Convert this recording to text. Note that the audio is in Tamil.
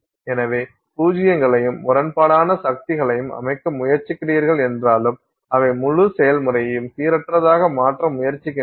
எனவே பூஜ்ஜியங்களையும் முரண்பாடான சக்திகளையும் அமைக்க முயற்சிக்கிறீர்கள் என்றாலும் அவை முழு செயல்முறையையும் சீரற்றதாக மாற்ற முயற்சிக்கின்றன